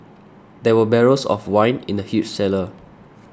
there were barrels of wine in the huge cellar